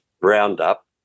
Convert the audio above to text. Roundup